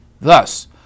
Thus